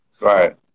Right